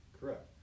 correct